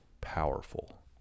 powerful